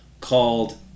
called